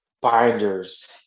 binders